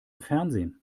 fernsehen